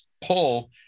pull